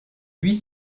huit